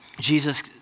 Jesus